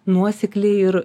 nuosekliai ir